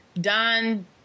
Don